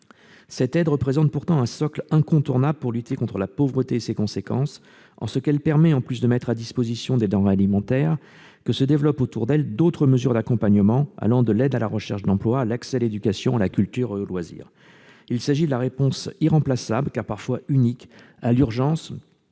Cette aide représente pourtant un socle incontournable pour lutter contre la pauvreté et ses conséquences, en ce qu'elle permet, en plus de mettre à disposition des denrées alimentaires, que se développent autour d'elle d'autres mesures d'accompagnement allant de l'aide à la recherche d'emploi à l'accès à l'éducation, à la culture et aux loisirs. Il s'agit de la réponse irremplaçable, car parfois unique, à l'urgence